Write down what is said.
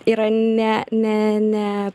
yra ne ne ne